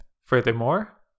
Furthermore